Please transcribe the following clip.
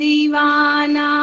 Divana